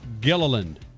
Gilliland